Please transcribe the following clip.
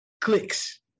clicks